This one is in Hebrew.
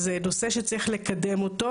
אז זה נושא שצריך לקדם אותו.